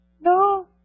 No